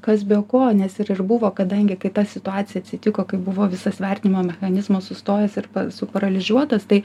kas be ko nes ir ir buvo kadangi kai ta situacija atsitiko kai buvo visas vertinimo mechanizmas sustojęs ir suparalyžiuotas tai